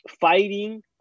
fighting